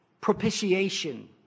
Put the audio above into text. propitiation